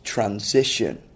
Transition